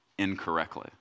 incorrectly